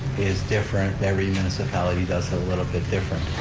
is different, every municipality does it a little bit different.